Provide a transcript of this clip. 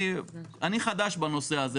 אני חדש בנושא הזה,